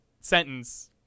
sentence